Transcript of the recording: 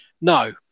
no